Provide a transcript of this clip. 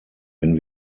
wenn